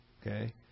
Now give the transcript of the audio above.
Okay